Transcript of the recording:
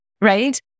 right